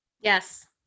Yes